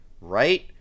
Right